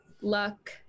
luck